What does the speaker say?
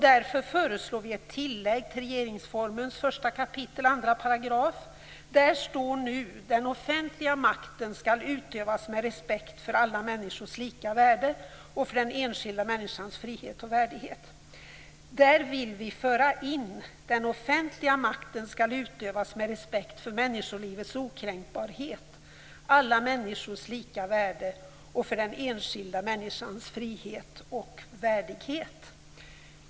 Därför föreslår vi ett tillägg till regeringsformens "Den offentliga makten skall utövas med respekt för alla människors lika värde och för den enskilda människans frihet och värdighet." Där vill vi föra in: "Den offentliga makten skall utövas med respekt för människolivets okränkbarhet, alla människors lika värde och för den enskilda människans frihet och värdighet."